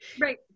Right